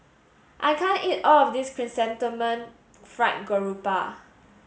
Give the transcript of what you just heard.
I can't eat all of this Chrysanthemum Fried Garoupa